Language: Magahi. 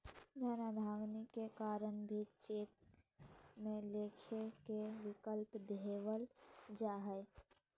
धन अदायगी के कारण भी चेक में लिखे के विकल्प देवल जा हइ